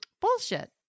Bullshit